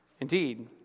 Indeed